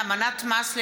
את זה.